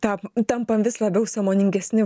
ta tampam vis labiau sąmoningesni